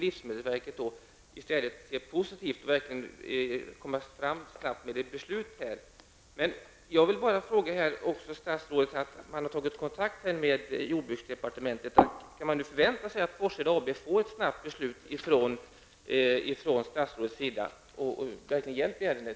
Livsmedelsverket borde därför se positivt på detta system och snabbt komma fram till ett beslut. Man har nu tagit kontakt med jordbruksdepartementet. Kan nu Forsheda AB förvänta sig ett snabbt beslut från statsrådet och verklig hjälp i ärendet?